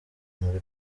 muri